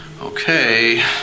Okay